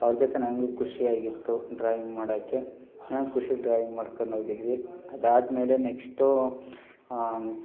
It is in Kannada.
ಅವ್ರ ಜೊತೆ ನನ್ಗೂ ಖುಷಿಯಾಗಿತ್ತು ಡ್ರಾಯಿಂಗ್ ಮಾಡೋಕ್ಕೆ ನಾನು ಖುಷಿಗೆ ಡ್ರಾಯಿಂಗ್ ಮಾಡಿಕೊಂಡೋಗಿದ್ವಿ ಅದಾದಮೇಲೆ ನೆಕ್ಸ್ಟು